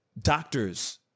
doctors